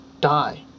die